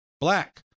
black